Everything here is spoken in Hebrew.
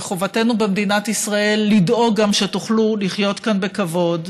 וחובתנו במדינת ישראל לדאוג גם שתוכלו לחיות כאן בכבוד.